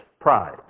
pride